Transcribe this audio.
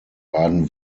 baden